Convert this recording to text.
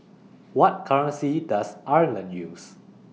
What currency Does Ireland use